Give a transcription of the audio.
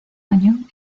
año